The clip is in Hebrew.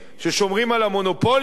ששומרים על המונופולים,